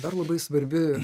dar labai svarbi